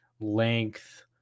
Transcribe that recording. length